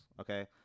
Okay